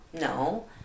No